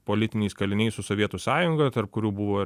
politiniais kaliniais su sovietų sąjunga tarp kurių buvo